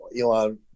Elon